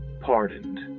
Pardoned